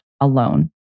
alone